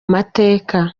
mateka